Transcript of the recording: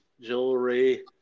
jewelry